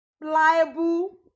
pliable